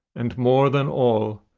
and more than all,